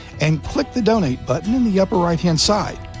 and click the donate button in the upper right hand side.